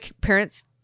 parents